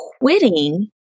quitting